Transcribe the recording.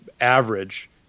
average